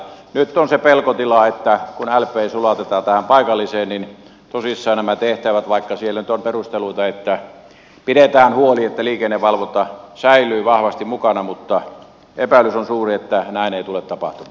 nyt on se pelkotila että kun lp sulautetaan paikalliseen niin tosissaan vaikka siellä nyt on perusteluita että pidetään näistä tehtävistä huoli että liikennevalvonta säilyy vahvasti mukana niin epäilys on suuri että näin ei tule tapahtumaan